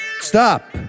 stop